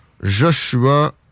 Joshua